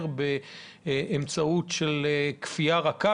לחייב באמצעות כפייה רכה,